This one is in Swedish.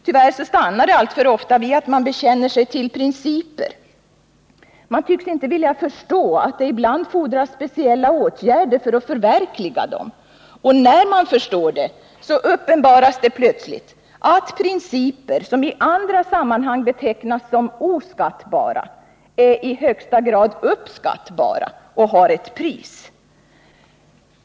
Tyvärr stannar det alltför ofta vid att man bekänner sig till principer. Man tycks inte vilja förstå att det ibland fordras speciella åtgärder för att förverkliga dem. Och när man förstår det så uppenbaras det plötsligt att principer som i andra sammanhang betecknas som oskattbara är i högsta grad uppskattbara och har ett pris.